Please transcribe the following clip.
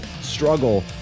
struggle